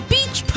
Beach